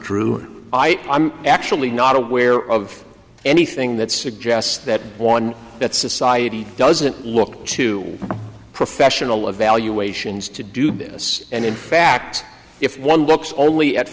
true i i'm actually not aware of anything that suggests that one that society doesn't look to professional evaluations to do business and in fact if one looks only at